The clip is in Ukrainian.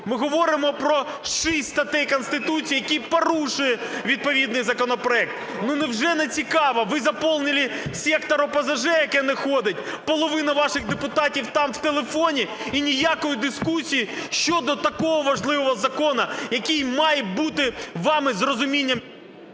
Ми говоримо про 6 статей конституції, які порушує відповідний законопроект, ну невже не цікаво? Ви заповнили сектор ОПЗЖ, яке не ходить, половина ваших депутатів там в телефоні і ніякої дискусії щодо такого важливого закону, який має бути вами з розумінням…